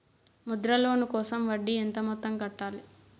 Mudra loan కోసం వడ్డీ ఎంత మొత్తం కట్టాలి